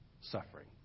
suffering